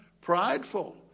prideful